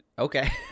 okay